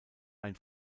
ein